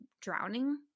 drowning